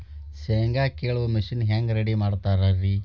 ಶೇಂಗಾ ಕೇಳುವ ಮಿಷನ್ ಹೆಂಗ್ ರೆಡಿ ಮಾಡತಾರ ರಿ?